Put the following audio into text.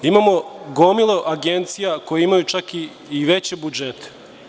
Imamo gomilu agencija koje imaju čak i veće budžete.